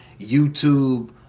YouTube